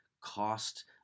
Cost